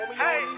hey